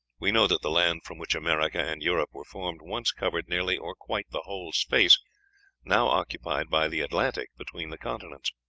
we know that the land from which america and europe were formed once covered nearly or quite the whole space now occupied by the atlantic between the continents